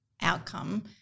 outcome